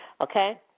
Okay